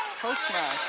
postma.